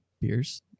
beers